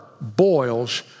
boils